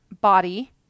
body